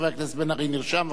חבר הכנסת בן-ארי נרשם.